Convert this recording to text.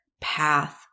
path